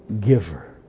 giver